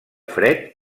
fred